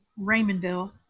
Raymondville